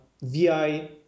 VI